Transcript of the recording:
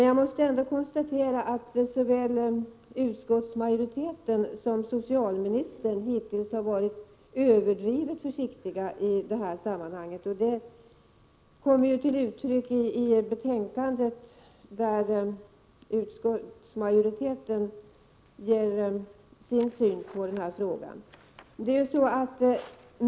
Jag måste ändå konstatera att såväl utskottsmajoriteten som socialministern hittills har varit överdrivet försiktiga i detta sammanhang, vilket bl.a. kommer till uttryck i betänkandet.